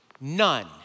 none